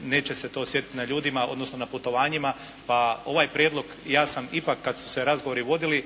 neće se to osjetiti na ljudima odnosno na putovanjima. Pa ovaj prijedlog ja sam ipak kad su se razgovori vodili